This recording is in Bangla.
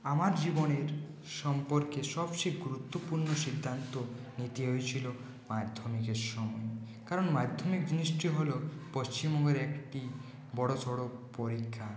আমার জীবনের সম্পর্কে সবচেয়ে গুরুত্বপূর্ণ সিদ্ধান্ত নিতে হয়েছিল মাধ্যমিকের সময় কারণ মাধ্যমিক জিনিসটি হল পশ্চিমবঙ্গের একটি বড়োসড়ো পরীক্ষা